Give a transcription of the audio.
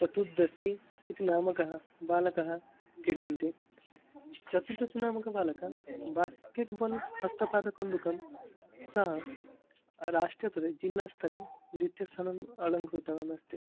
चतुर्दशी इति नामकाः बालकाः क्रीडन्ति चतुर्दशी नामकः बालकः ब्यास्केट्बाल् हस्तपादकन्दुकं स राष्ट्रस्तरे जिल्लस्तरे द्वितीयस्थानम् अलङ्कृतवान् अस्ति